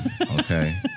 okay